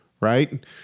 right